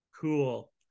cool